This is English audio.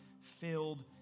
filled